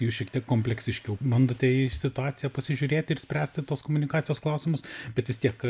jūs šiek tiek kompleksiškiau bandote į situaciją pasižiūrėti ir spręsti tos komunikacijos klausimus bet vis tiek